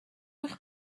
eich